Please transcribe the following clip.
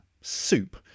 soup